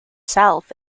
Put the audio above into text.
south